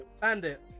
Bandit